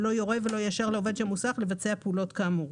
ולא יורה ולא יאשר לעובד של מוסך לבצע פעולה כאמור.